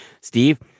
Steve